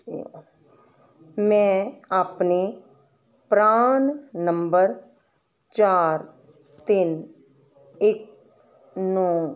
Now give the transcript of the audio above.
ਮੈਂ ਆਪਣੇ ਪਰਾਨ ਨੰਬਰ ਚਾਰ ਤਿੰਨ ਇੱਕ ਨੌਂ